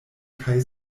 kaj